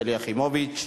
שנייה ושלישית.